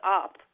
up